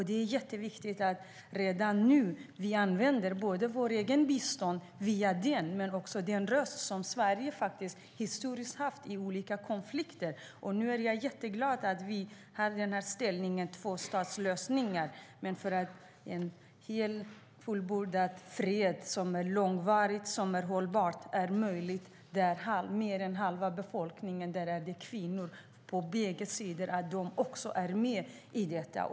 Det är jätteviktigt att vi redan nu använder både vårt eget bistånd och även den röst som Sverige, historiskt sett, har haft i olika konflikter. Jag är jätteglad för att vi nu har tagit ställning för tvåstatslösningen. Men för att en fullbordad, långvarig och hållbar fred ska bli möjlig är det viktigt att kvinnor, som ju utgör mer än halva befolkningen, på bägge sidor är med i arbetet.